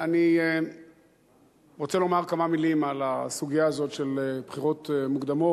אני רוצה לומר כמה מלים על הסוגיה הזאת של בחירות מוקדמות,